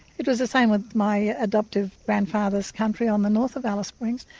it was the same with my adoptive grandfather's country on the north of alice springs,